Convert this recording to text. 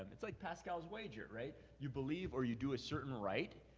um it's like pascal's wager, right? you believe or you do a certain rite,